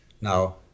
Now